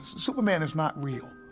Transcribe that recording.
superman is not real.